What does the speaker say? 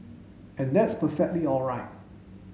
and that's perfectly all right